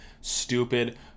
stupid